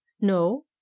No